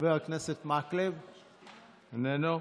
חבר הכנסת מקלב, איננו.